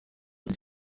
ati